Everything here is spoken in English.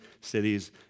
cities